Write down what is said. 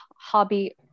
hobby